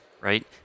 right